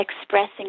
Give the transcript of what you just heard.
expressing